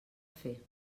fer